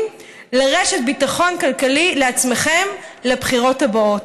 לרשת ביטחון כלכלית לעצמכם בבחירות הבאות.